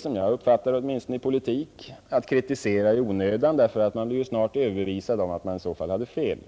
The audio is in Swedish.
Som jag uppfattar det är det aldrig någon idé i politik att kritisera i onödan. Då blir man snart överbevisad om att man hade fel.